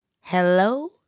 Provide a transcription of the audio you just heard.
Hello